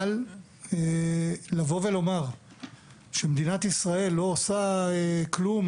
אבל לבוא ולומר שמדינת ישראל לא עושה כלום